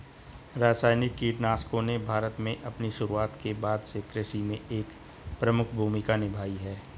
रासायनिक कीटनाशकों ने भारत में अपनी शुरुआत के बाद से कृषि में एक प्रमुख भूमिका निभाई है